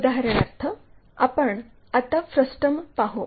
उदाहरणार्थ आपण आता फ्रस्टम पाहू